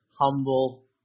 humble